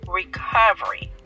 recovery